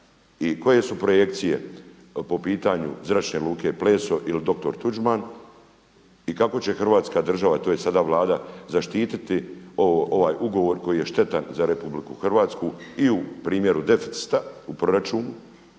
koje su projekcije po pitanju Zračne luke Pleso ili dr. Tuđman? I kako će Hrvatska država to je sada Vlada zaštititi ovaj ugovor koji je štetan za RH i u primjeru deficita u proračunu